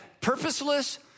purposeless